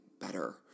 better